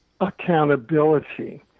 accountability